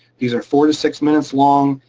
these are four to six minutes long,